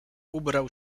ubrał